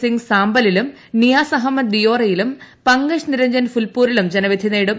സിംഗ് സാമ്പലിലും നിയാസ് അഹമ്മദ് ദിയോറിയലും പങ്കജ് നിർണ്ജൻ ഫുൽപൂരിലും ജനവിധി തേടും